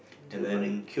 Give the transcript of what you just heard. and then